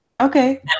Okay